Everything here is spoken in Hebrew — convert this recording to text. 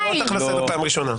אני קורא אותך לסדר פעם ראשונה.